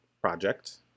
project